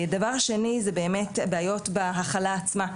דבר שני זה באמת בעיות בהכלה עצמה.